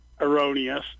erroneous